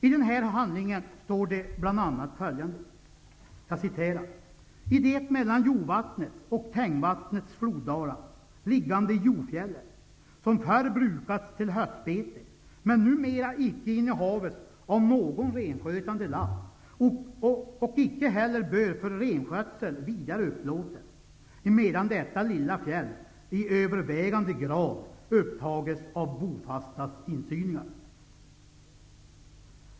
I den handlingen står det bl.a. följande: ''I det emellan Jovattnets ochh Tengvattnets floddalar liggande Jofjället, som förr brukats till höstbete, men numera icke innehafves av någon renskötande lapp och icke heller bör för renskötsel vidare upplåtes, emedan detta lilla fjäll i övervägande grad upptages av bofastas insyningar.''